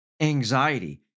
anxiety